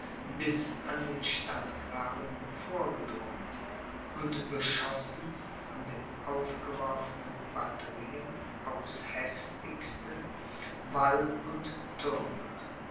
bis an den stadtgraben vorgedrungen und beschossen von den aufgeworfenen batterien aufs heftigste wall und thürme